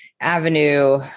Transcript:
Avenue